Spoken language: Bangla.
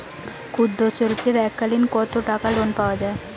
ক্ষুদ্রশিল্পের এককালিন কতটাকা লোন পাওয়া য়ায়?